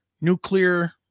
nuclear